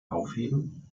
aufheben